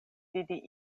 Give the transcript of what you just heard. vidi